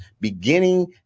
beginning